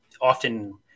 often